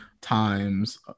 times